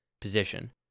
position